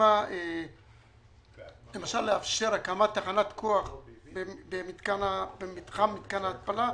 הסכימה לאפשר הקמת תחנת כוח במתחם מתקן ההתפלה,